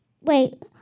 Wait